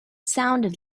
sounded